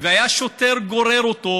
והיה שוטר גורר אותו,